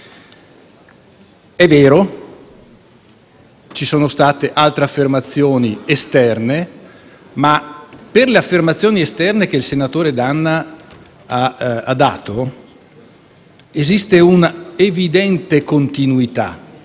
È vero, ci sono state altre affermazioni esterne, ma per le affermazioni esterne che il senatore D'Anna ha dato esiste una evidente continuità.